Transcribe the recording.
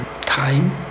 time